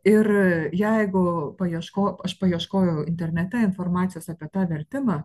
ir jeigu paieško aš paieškojau internete informacijos apie tą vertimą